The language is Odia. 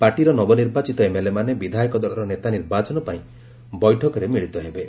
ପାର୍ଟିର ନବନିର୍ବାଚିତ ଏମ୍ଏଲ୍ଏମାନେ ବିଧାୟକ ଦଳର ନେତା ନିର୍ବାଚନ ପାଇଁ ବୈଠକରେ ମିଳିତ ହେବେ